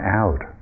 out